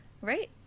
right